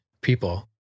people